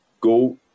Go